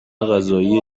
قضایی